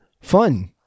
fun